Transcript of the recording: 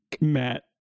Matt